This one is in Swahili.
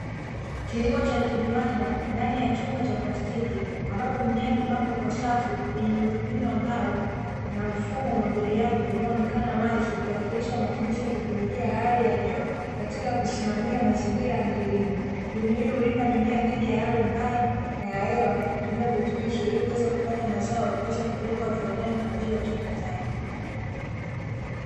Kilimo cha kiviwanda ndani ya chombo cha plastiki ambapo mimea imepangwa kwa safu, kwenye miuundombinu ya mbao, mfumo wa umwagiliaji ukiwakilisha matumizi ya teknolojia ya hali ya juu katika kusimamia mazingira ya kilimo, mbinu hii hulinda mimea dhidi ya hali mbaya na hewa kwa kutumia virutubisho kuweza kupata mazao kuweza kupelekwa viwandani kwaajili ya uchakataji.